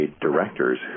directors